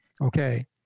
Okay